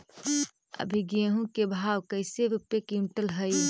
अभी गेहूं के भाव कैसे रूपये क्विंटल हई?